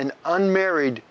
and unmarried